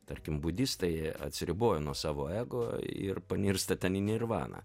tarkim budistai atsiribojo nuo savo ego ir paniursta ten į nirvaną